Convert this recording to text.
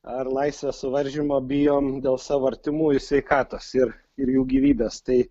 ar laisvės suvaržymo bijom dėl savo artimųjų sveikatos ir ir jų gyvybės tai